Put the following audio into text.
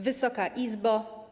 Wysoka Izbo!